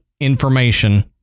information